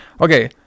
Okay